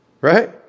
Right